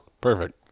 perfect